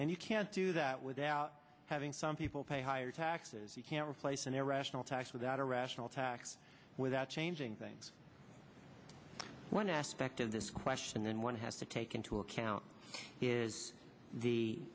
and you can't do that without having some people pay higher taxes you can't replace an irrational tax without a rational tax without changing things one aspect of this question and one has to take into account is the